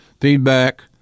Feedback